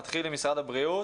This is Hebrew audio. נתחיל עם משרד הבריאות,